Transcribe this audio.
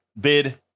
bid